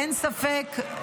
אין ספק,